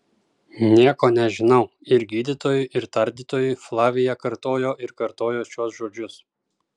nieko nežinau ir gydytojui ir tardytojui flavija kartojo ir kartojo šiuos žodžius